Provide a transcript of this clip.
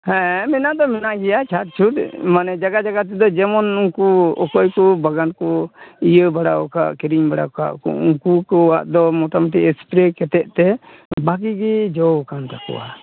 ᱦᱮᱸ ᱢᱮᱱᱟᱜ ᱫᱚ ᱢᱮᱱᱟᱜ ᱜᱮᱭᱟ ᱪᱷᱟᱴ ᱪᱷᱩᱴ ᱢᱟᱱᱮ ᱡᱟᱜᱟ ᱡᱟᱜᱟ ᱛᱮᱫᱚ ᱡᱮᱢᱚᱱ ᱩᱱᱠᱩ ᱚᱠᱚᱭ ᱠᱚ ᱵᱟᱜᱟᱱ ᱠᱚ ᱤᱭᱟᱹ ᱵᱟᱲᱟ ᱟᱠᱟᱫ ᱠᱤᱨᱤ ᱵᱟᱲᱟ ᱟᱠᱟᱫ ᱠᱚ ᱩᱱᱠᱩ ᱠᱚᱣᱟᱜ ᱫᱚ ᱢᱚᱴᱟ ᱢᱩᱴᱤ ᱮᱥᱯᱮᱨᱮ ᱠᱟᱛᱮᱫ ᱛᱮ ᱵᱷᱟᱜᱤ ᱜᱮ ᱡᱚ ᱟᱠᱟᱱ ᱛᱟᱠᱚᱣᱟ